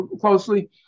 closely